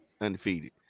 undefeated